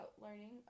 learning